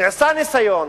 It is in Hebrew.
נעשה ניסיון,